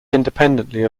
independently